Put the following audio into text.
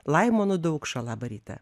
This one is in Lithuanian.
laimonu daukša labą rytą